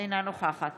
אינה נוכחת